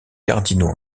cardinaux